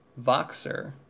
Voxer